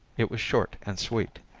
it was short and sweet.